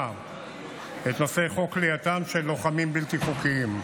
את נושא חוק כליאתם של לוחמים בלתי חוקיים.